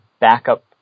backup